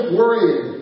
worrying